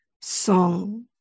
Song